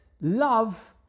love